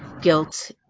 guilt